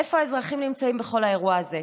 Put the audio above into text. איפה האזרחים נמצאים בכל האירוע הזה?